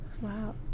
wow